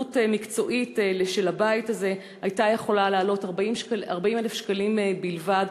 הריסה מקצועית של הבית הזה הייתה יכולה לעלות 40,000 שקלים בלבד